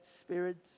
spirits